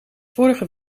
vorige